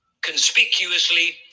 conspicuously